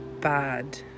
Bad